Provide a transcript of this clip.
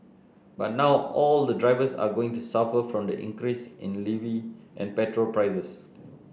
but now all the drivers are going to suffer from the increase in levy and petrol prices